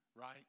right